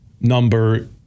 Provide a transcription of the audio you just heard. number